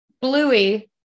Bluey